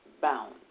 bound